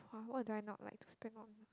!wah! what do I not like to spend on